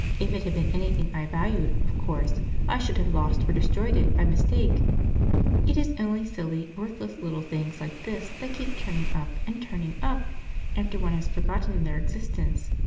if it had been anything i valued, of course i should have lost or destroyed it by mistake it is only silly, worthless little things like this that keep turning up and turning up after one has forgotten their existence.